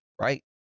right